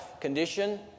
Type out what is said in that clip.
Condition